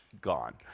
gone